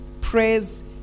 prayers